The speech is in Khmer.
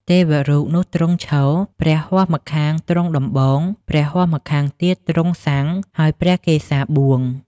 ទេវរូបនោះទ្រង់ឈរ ព្រះហស្តម្ខាងទ្រង់ដំបង ព្រះហស្តម្ខាងទៀតទ្រង់ស័ង្ខ ហើយព្រះកេសាបួង។